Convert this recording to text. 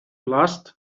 last